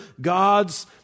gods